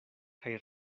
kaj